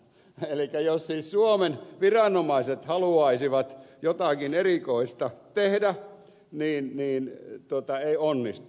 elikkä jos siis suomen viranomaiset haluaisivat jotakin erikoista tehdä niin ei onnistu